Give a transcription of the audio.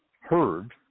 heard